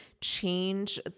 change